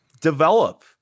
develop